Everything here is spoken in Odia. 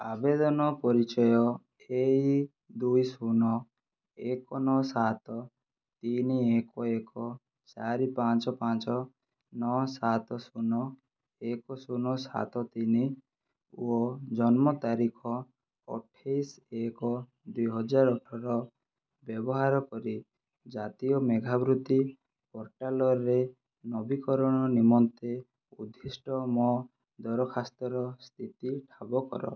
ଆବେଦନ ପରିଚୟ ଏକ ଦୁଇ ଶୂନ ଶୂନ ସାତ ତିନି ଏକ ଏକ ଚାରି ପାଞ୍ଚ ପାଞ୍ଚ ନଅ ସାତ ଶୂନ ଏକ ଶୂନ ସାତ ତିନି ଓ ଜନ୍ମ ତାରିଖ ଅଠେଇଶି ଏକ ଦୁଇ ହଜାର ଅଠର ବ୍ୟବହାର କରି ଜାତୀୟ ମେଧାବୃତ୍ତି ପୋର୍ଟାଲ୍ରେ ନବୀକରଣ ନିମନ୍ତେ ଉଦ୍ଦିଷ୍ଟ ମୋ ଦରଖାସ୍ତର ସ୍ଥିତି ଠାବ କର